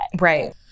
Right